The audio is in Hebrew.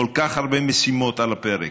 כל כך הרבה משימות על הפרק,